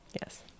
Yes